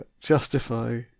justify